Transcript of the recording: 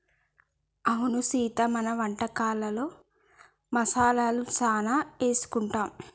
అవును సీత మన వంటకాలలో మసాలాలు సానా ఏసుకుంటాం